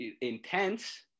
intense